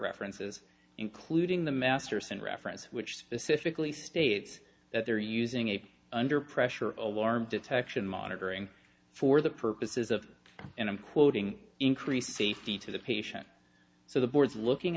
references including the masterson reference which specifically states that they're using a under pressure or warmth detection monitoring for the purposes of and i'm quoting increased safety to the patient so the board's looking